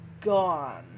gone